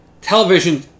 Television